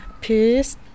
peace